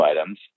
items